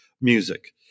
music